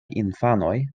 infanoj